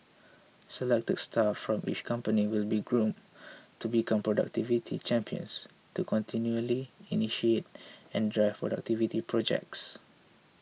selected staff from each company will be groomed to become productivity champions to continually initiate and drive productivity projects